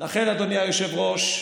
לכן, אדוני היושב-ראש,